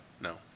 No